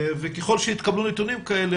ככל שיתקבלו נתונים כאלה,